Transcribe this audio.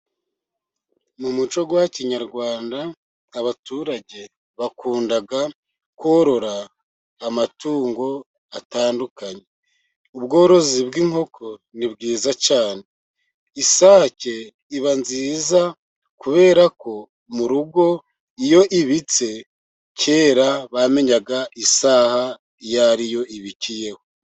Mu muco wa kinyarwanda abaturage bakunda korora amatungo atandukanye. Ubworozi bw'inkoko ni bwiza cyane, isake iba nziza kubera ko mu rugo iyo ibitse, kera bamenyaga isaha iyo ari yo ibikiyeyeho.